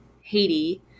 Haiti